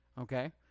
Okay